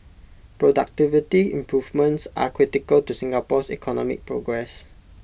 productivity improvements are critical to Singapore's economic progress